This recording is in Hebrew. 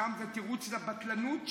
סתם זה תירוץ לבטלנות שלהם.